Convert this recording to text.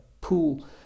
pool